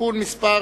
(תיקון מס'